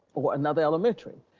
or another elementary.